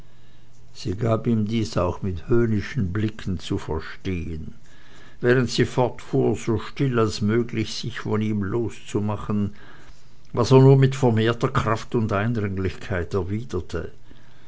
sie gab ihm dies auch mit höhnischen blicken zu verstehen während sie fortfuhr so still als möglich sich von ihm loszumachen was er nur mit vermehrter kraft und eindringlichkeit erwiderte